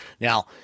Now